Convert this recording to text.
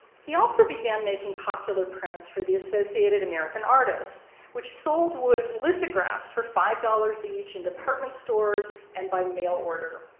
he also began making popular prints for the associated american artists which sold wood's lithographs for five dollars each in department stores and by mail order.